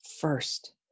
First